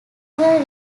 were